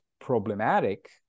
problematic